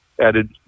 added